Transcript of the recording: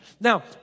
Now